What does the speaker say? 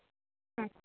അ